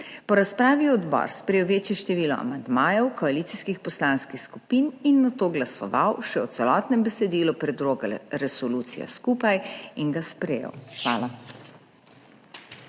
Po razpravi je odbor sprejel večje število amandmajev koalicijskih poslanskih skupin in nato glasoval še o celotnem besedilu predloga resolucije skupaj in ga sprejel. Hvala.